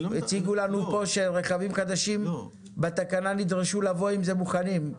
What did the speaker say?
הציגו לנו פה שרכבים חדשים בתקנה נדרשו לבוא עם זה מוכנים.